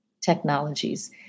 technologies